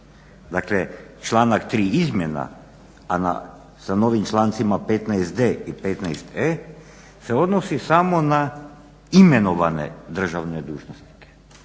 Dakle, članak 3. izmjena, a sa novim člancima 15.d i 15.e se odnosi samo na imenovane državne dužnosnike.